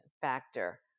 factor